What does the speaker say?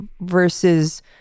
versus